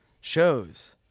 shows